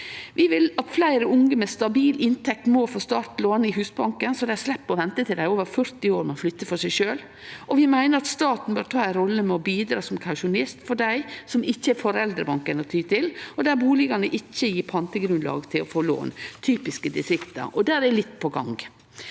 Vi vil at fleire unge med stabil inntekt må få startlån i Husbanken, så dei slepp å vente til dei er over 40 år med å flytte for seg sjølve. Vi meiner òg at staten bør ta ei rolle med å bidra som kausjonist for dei som ikkje har foreldrebanken å ty til, og der bustadene ikkje gjev pantegrunnlag til å få lån – typisk i distrikta – og der er det litt på gang.